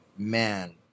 man